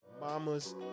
Mama's